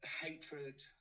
hatred